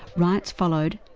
riots followed,